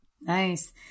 Nice